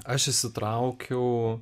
aš įsitraukiau